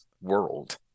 world